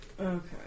Okay